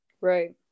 Right